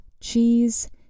cheese